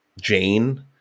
Jane